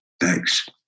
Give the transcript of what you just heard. thanks